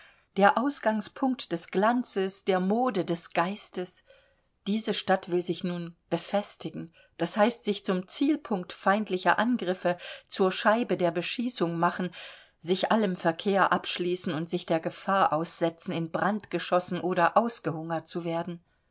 der ausgangspunkt des glanzes der mode des geistes diese stadt will sich nun befestigen das heißt sich zum zielpunkt feindlicher angriffe zur scheibe der beschießung machen sich allem verkehr abschließen und sich der gefahr aussetzen in brand geschossen oder ausgehungert zu werden